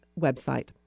website